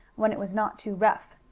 when it was not too rough.